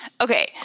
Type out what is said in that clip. okay